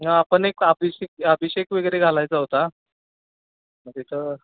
हा पण एक अभिषेक अभिषेक वगैरे घालायचा होता मग तिथं